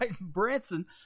Branson